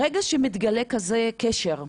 ברגע שמתגלה כזה קשר,